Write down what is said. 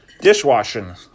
Dishwashing